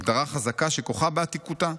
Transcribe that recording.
הגדרה חזקה שכוחה בעתיקותה.